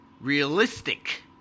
Realistic